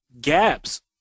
gaps